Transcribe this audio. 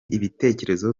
ibitekerezo